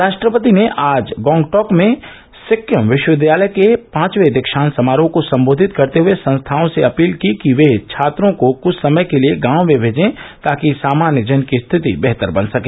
राष्ट्रपति ने आज गांगटॉक में सिक्किम विश्वविद्यालय के पांचवे दीक्षांत समारोह को संबोधित करते हुए संस्थाओं से अपील की कि वे छात्रों को कुछ समय के लिए गांव में भेजे ताकि सामान्य जन की स्थिति बेहतर बन सके